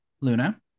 Luna